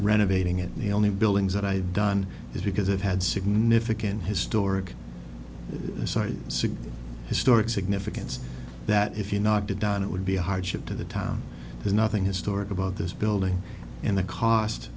renovating it and the only buildings that i've done is because it had significant historic site six historic significance that if you knocked it down it would be a hardship to the town there's nothing historic about this building and the cost